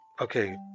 okay